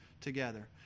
together